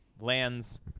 lands